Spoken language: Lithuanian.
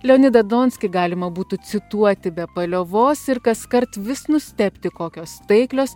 leonidą donskį galima būtų cituoti be paliovos ir kaskart vis nustebti kokios taiklios